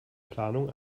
planung